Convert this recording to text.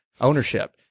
ownership